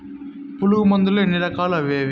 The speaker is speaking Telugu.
పులుగు మందులు ఎన్ని రకాలు అవి ఏవి?